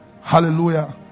Hallelujah